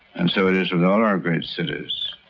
and so it is with all our great cities.